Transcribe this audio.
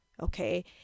Okay